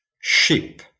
ship